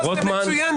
מצוין,